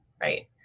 right